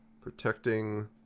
protecting